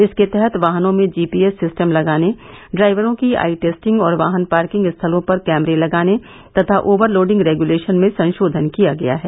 इसके तहत वाहनों में जीपीएस सिस्टम लगाने ड्राइवरों की आई टेस्टिंग और वाहन पार्किंग स्थलों पर कैमरे लगाने तथा ओवर लोडिंग रेग्युलेषन में संषोधन किया गया है